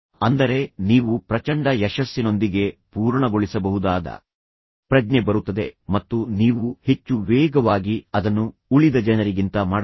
ಅಂದರೆ ನೀವು ಪ್ರಚಂಡ ಯಶಸ್ಸಿನೊಂದಿಗೆ ಪೂರ್ಣಗೊಳಿಸಬಹುದಾದ ಪ್ರಜ್ಞೆ ಬರುತ್ತದೆ ಮತ್ತು ನೀವು ಹೆಚ್ಚು ವೇಗವಾಗಿ ಅದನ್ನು ಉಳಿದ ಜನರಿಗಿಂತ ಮಾಡಬಹುದು